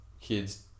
kids